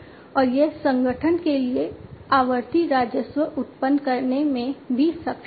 और यह संगठन के लिए आवर्ती राजस्व उत्पन्न करने में भी सक्षम है